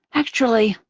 actually,